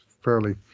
Fairly